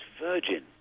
virgin